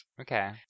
Okay